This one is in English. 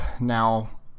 now